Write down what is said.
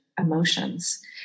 emotions